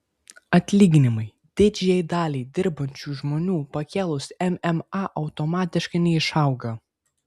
atlyginimai didžiajai daliai dirbančių žmonių pakėlus mma automatiškai neišauga